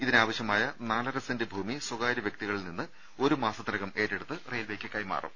ഇതിനാവശ്യമായ നാലര സെന്റ് ഭൂമി സ്വകാര്യ വ്യക്തികളിൽനിന്ന് ഒരു മാസത്തിനകം ഏറ്റെ ടുത്ത് റെയിൽവേയ്ക്ക് കൈമാറും